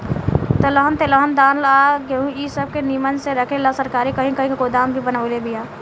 दलहन तेलहन धान आ गेहूँ इ सब के निमन से रखे ला सरकार कही कही गोदाम भी बनवले बिया